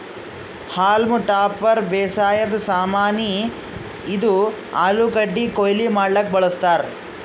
haulm topper ಬೇಸಾಯದ್ ಸಾಮಾನಿ, ಇದು ಆಲೂಗಡ್ಡಿ ಕೊಯ್ಲಿ ಮಾಡಕ್ಕ್ ಬಳಸ್ತಾರ್